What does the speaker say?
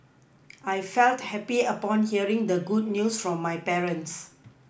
I felt happy upon hearing the good news from my parents